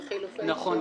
נכון.